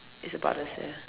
it's about the same